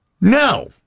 No